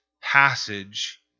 passage